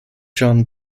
jean